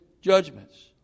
judgments